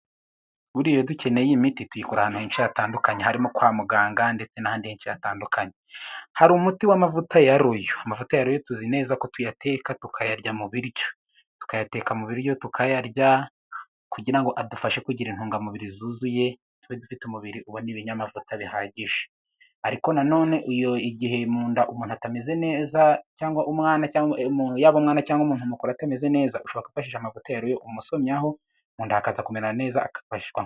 Buriya dukeneye iyo dukeneye imiti tuyikura ahantu henshi hatandukanye, harimo kwa muganga, ndetse n'ahandi heshi hatandukanye. Hari umuti w'amavuta ya royo, amavuta ya royo tuzi neza ko tuyateka tukayarya mu biryo. Tuyateka mu biryo tukayarya kugira ngo adufashe kugira intungamubiri zuzuye, tube dufite umubiri ubona ibinyamavuta bihagije. Ariko na none igihe umuntu atameze neza mu nda, cyangwa umwana, yaba umwana cyangwa umuntu mukuru atameze neza, ushobora kwifashisha amavuta ya royo umusomyaho umuntu akaza kumera neza...